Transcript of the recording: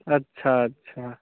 अच्छा अच्छा